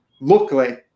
luckily